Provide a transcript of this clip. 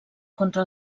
contra